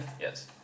Yes